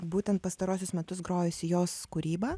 būtent pastaruosius metus grojusi jos kūrybą